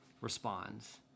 responds